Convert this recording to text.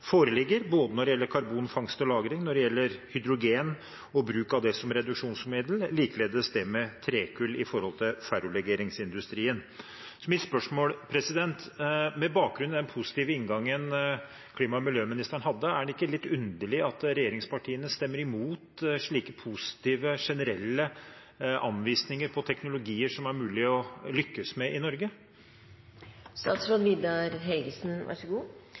foreligger, både når det gjelder karbonfangst og -lagring, når det gjelder hydrogen og bruk av det som reduksjonsmiddel, og likeledes når det gjelder trekull og ferrolegeringsindustrien. Mitt spørsmål er: Med bakgrunn i den positive inngangen klima- og miljøministeren hadde, er det ikke litt underlig at regjeringspartiene stemmer imot slike positive, generelle anvisninger på teknologier som det er mulig å lykkes med i